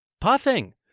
puffing